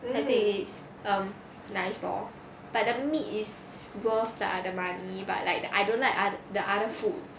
I think is um nice lor but the meat is worth lah the money but like I don't like ah~ the other food